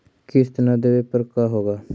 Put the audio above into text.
किस्त न देबे पर का होगा?